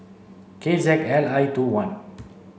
K Z L I two one